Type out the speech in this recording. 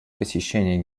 посещение